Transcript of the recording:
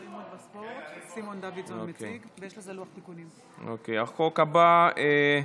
החוק הבא,